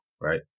right